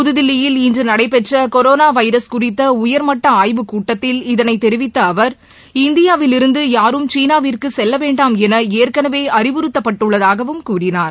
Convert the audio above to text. புதுதில்லியில் இன்று நடைபெற்ற கரோனா வைரஸ் குறித்த உயர்மட்ட ஆய்வுக் கூட்டத்தில் இதைத் தெரிவித்த அவர் இந்தியாவில் இருந்து யாரும் சீனாவிற்கு செல்ல வேண்டாம் என ஏற்கனவே அறிவுறுத்தப்பட்டுள்ளதாகவும் கூறினார்